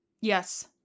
Yes